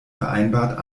vereinbart